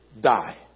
die